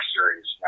Series